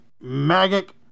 magic